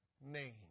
name